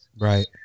Right